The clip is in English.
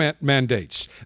mandates